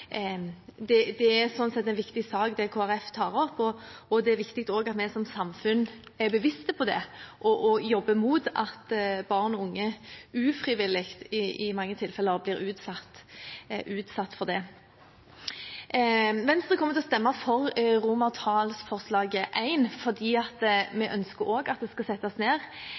seksualisering. Det er sånn sett en viktig sak Kristelig Folkeparti tar opp, og det er viktig også at vi som samfunn er bevisst på det og jobber mot at barn og unge – ufrivillig i mange tilfeller – blir utsatt for det. Venstre kommer til å stemme for I fordi vi ønsker også at det skal settes ned